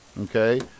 okay